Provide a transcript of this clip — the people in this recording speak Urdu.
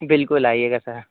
بالکل آئیے گا سر